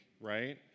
right